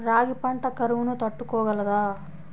రాగి పంట కరువును తట్టుకోగలదా?